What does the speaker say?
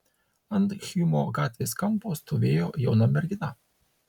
ant hjumo gatvės kampo stovėjo jauna mergina